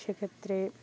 সেক্ষেত্রে